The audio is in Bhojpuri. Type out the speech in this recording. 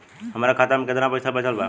हमरा खाता मे केतना पईसा बचल बा?